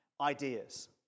ideas